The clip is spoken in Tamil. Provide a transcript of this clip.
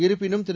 இருப்பினும் திரு